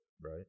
right